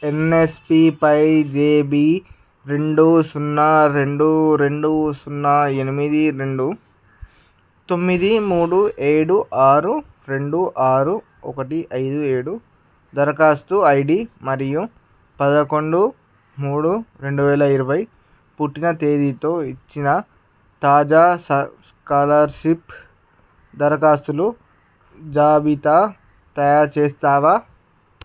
ఎన్ఎస్పిపై జెబి రెండు సున్నా రెండు రెండు సున్నా ఎనిమిది రెండు తొమ్మిది మూడు ఏడు ఆరు రెండు ఆరు ఒకటి ఐదు ఏడు దరఖాస్తు ఐడి మరియు పదకొండు మూడు రెండు వేల ఇరవై పుట్టిన తేదీతో ఇచ్చిన తాజా స స్కాలర్షిప్ దరఖాస్తులు జాబితా తయారుచేస్తావా